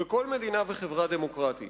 בכל מדינה וחברה דמוקרטית.